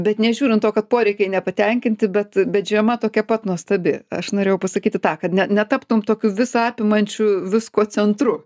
bet nežiūrint to kad poreikiai nepatenkinti bet bet žiema tokia pat nuostabi aš norėjau pasakyti tą kad ne netaptum tokiu visa apimančiu visko centru